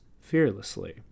fearlessly